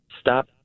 Stop